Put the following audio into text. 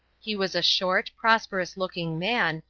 he was a short, prosperous-looking man,